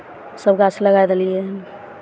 सभ गाछ लगाए देलियै हन